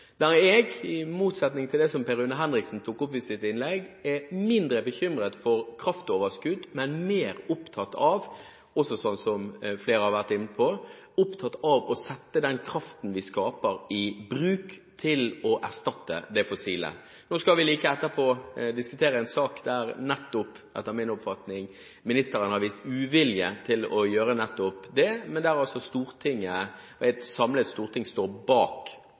Jeg er – i motsetning til Per Rune Henriksen, som tok dette opp i sitt innlegg – mindre bekymret for kraftoverskudd, men mer opptatt av, som flere har vært inne på, å sette den kraften vi skaper, i bruk til å erstatte det fossile. Nå skal vi like etterpå diskutere en sak der, etter min oppfatning, nettopp ministeren har vist uvilje til å gjøre nettopp det, men det er altså et samlet storting som står bak